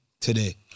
today